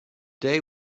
day